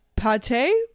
Pate